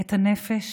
את הנפש